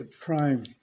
prime